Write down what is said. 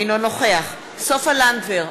אינו נוכח סופה לנדבר,